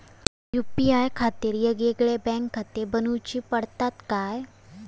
UPI खातीर येगयेगळे बँकखाते बनऊची पडतात काय?